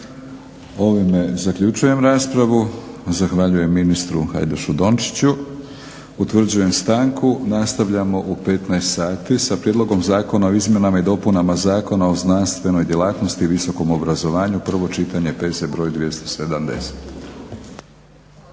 Ovime zaključujem raspravu. Zahvaljujem ministru Hajdašu Dončiću. Utvrđujem stanku. Nastavljamo u 15,00 sati sa Prijedlogom zakona o izmjenama i dopunama Zakona o znanstvenoj djelatnosti i visokom obrazovanju, prvo čitanje, P.Z. br. 270.